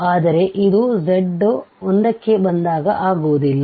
ಆದರೆ ಇದು z ವು 1 ಕ್ಕೆ ಬಂದಾಗ ಆಗುವುದಿಲ್ಲ